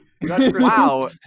Wow